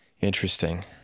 Interesting